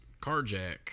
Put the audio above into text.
carjack